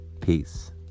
Peace